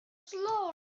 slowly